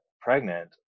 pregnant